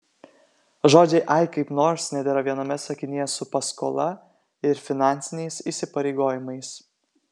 žodžiai ai kaip nors nedera viename sakinyje su paskola ir finansiniais įsipareigojimais